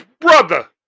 brother